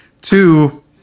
Two